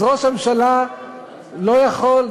אז ראש הממשלה לא יכול,